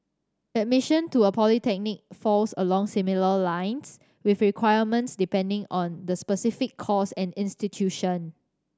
admission to a polytechnic falls along similar lines with requirements depending on the specific course and institution